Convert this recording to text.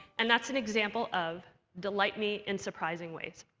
and that's an example of delight me in surprising ways.